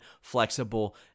flexible